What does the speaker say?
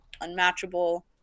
unmatchable